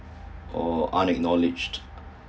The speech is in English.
or unacknowledged